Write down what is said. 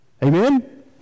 Amen